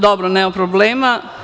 Dobro, nema problema.